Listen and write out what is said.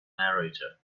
narrator